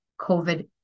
COVID